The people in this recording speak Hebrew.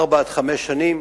ארבע עד חמש שנים.